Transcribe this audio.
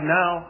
now